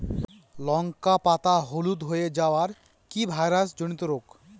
লঙ্কা পাতা হলুদ হয়ে যাওয়া কি ভাইরাস জনিত রোগ?